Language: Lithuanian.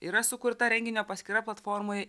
yra sukurta renginio paskyra platformoj